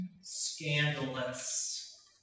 scandalous